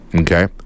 Okay